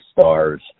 stars